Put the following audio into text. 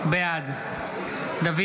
בעד דוד